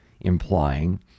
implying